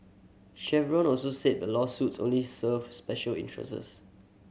chevron also said the lawsuits only serve special interests